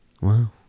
Wow